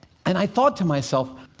and i thought to myself,